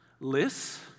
lists